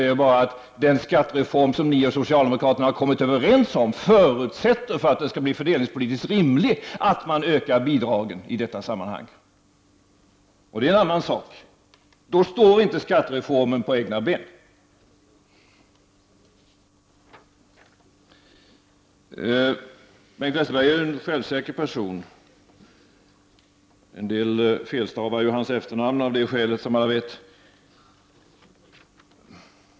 Men jag säger att den skattereform som folkpartiet och socialdemokraterna kommit överens om förutsätter, för att den skall bli fördelningspolitiskt rimlig, att man ökar bidragen i detta sammanhang. Det är en annan sak. Då står inte skattereformen på egna ben. Bengt Westerberg är en självsäker person — en del felstavar ju hans efternamn av det skälet, som man vet.